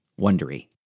Wondery